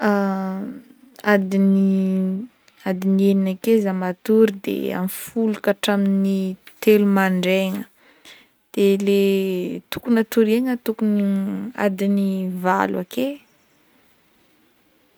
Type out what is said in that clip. Adin'ny adin'ny enina akeo zah matory de ami'ny folo katramin'ny telo mandraigna de le tokony hatorigna tokony adiny valo ake.